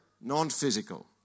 non-physical